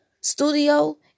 studio